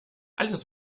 alles